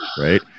right